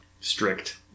strict